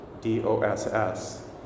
D-O-S-S